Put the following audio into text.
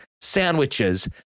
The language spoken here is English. sandwiches